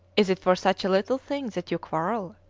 is it for such a little thing that you quarrel?